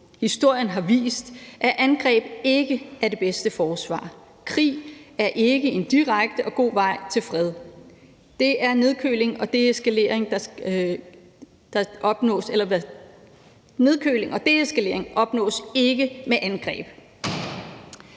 Historien har vist, at angreb ikke er det bedste forsvar. Krig er ikke en direkte og god vej til fred. Nedkøling og deeskalering opnås ikke med angreb.